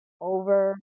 Over